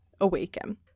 awaken